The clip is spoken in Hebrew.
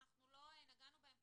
אנחנו לא נגענו בהן,